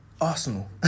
Arsenal